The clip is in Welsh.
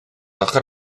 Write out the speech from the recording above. ochr